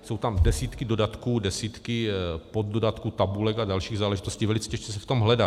Jsou tam desítky dodatků, desítky poddodatků, tabulek a dalších záležitostí, velice těžce se v tom hledá.